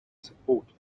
support